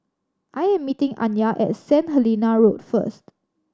I am meeting Anya at Saint Helena Road first